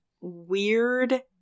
weird